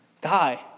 die